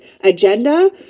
agenda